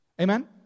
Amen